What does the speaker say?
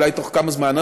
בתוך כמה זמן,